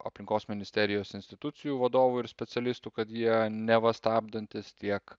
aplinkos ministerijos institucijų vadovų ir specialistų kad jie neva stabdantys tiek